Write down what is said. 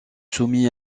soumis